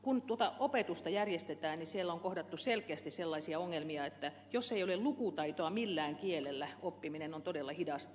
kun tuota opetusta järjestetään niin siellä on kohdattu selkeästi sellaisia ongelmia että jos ei ole lukutaitoa millään kielellä oppiminen on todella hidasta